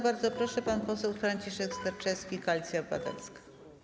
Bardzo proszę, pan poseł Franciszek Sterczewski, Koalicja Obywatelska.